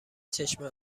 چشمه